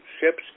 ships